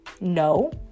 No